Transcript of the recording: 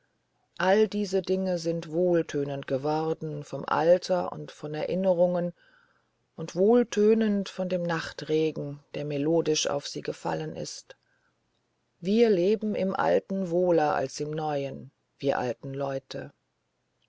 alle diese dinge sind wohltönend geworden vom alter und den erinnerungen und wohltönend von dem nachtregen der melodisch auf sie gefallen ist wir leben im alten wohler als im neuen wir alten leute